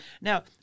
Now